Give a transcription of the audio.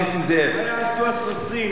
מה יעשו הסוסים אם לא יהיה מירוץ?